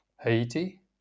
Haiti